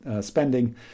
spending